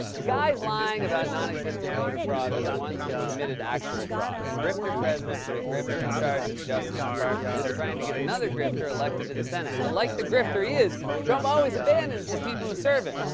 guys lying about nonexistent voter fraud are the ones who've committed actual fraud. a grifter president put a grifter in charge of the justice department, and is trying to get another grifter elected to the senate. but like the grifter he is, trump always abandons the people who serve him,